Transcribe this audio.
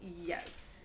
Yes